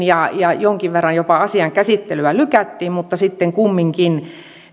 ja ja jonkin verran jopa asian käsittelyä lykättiin sitten kumminkaan